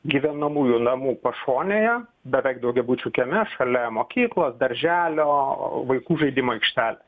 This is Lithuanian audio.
gyvenamųjų namų pašonėje beveik daugiabučių kieme šalia mokyklos darželio vaikų žaidimų aikštelės